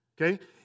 Okay